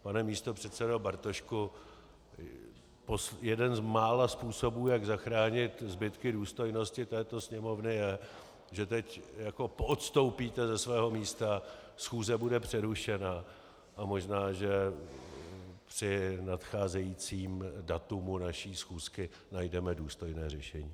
Pane místopředsedo Bartošku, jeden z mála způsobů, jak zachránit zbytky důstojnosti této Sněmovny, je, že teď poodstoupíte ze svého místa, schůze bude přerušena a možná, že při nadcházejícím datu naší schůzky najdeme důstojné řešení.